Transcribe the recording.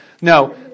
No